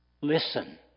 Listen